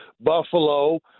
Buffalo